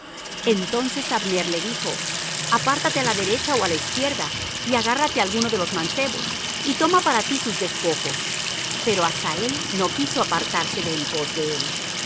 entonces abner le dijo apártate á la derecha ó á la izquierda y agárrate alguno de los mancebos y toma para ti sus despojos pero asael no quiso apartarse de en pos de él